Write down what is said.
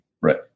Right